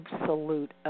absolute